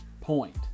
Point